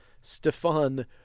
Stefan